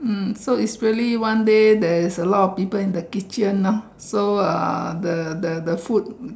so it's really one day that a lots could eat so the the food